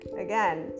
again